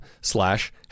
slash